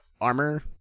Armor